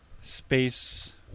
space